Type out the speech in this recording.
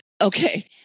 Okay